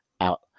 out